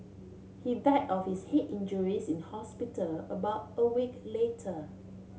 he died of his head injuries in hospital about a week later